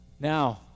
Now